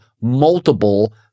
multiple